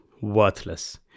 worthless